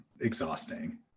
exhausting